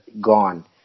gone